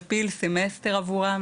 מפיל סמסטר עבורם,